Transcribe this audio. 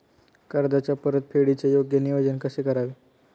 कर्जाच्या परतफेडीचे योग्य नियोजन कसे करावे?